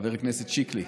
חבר הכנסת שיקלי.